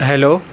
hello